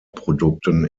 produkten